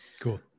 cool